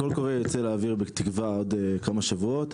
הקול קורא יוצא לאוויר בתקווה עוד כמה שבועות,